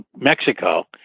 Mexico